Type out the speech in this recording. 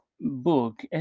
book